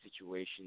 situations